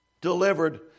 delivered